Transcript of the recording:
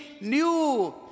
new